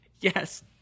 yes